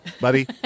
buddy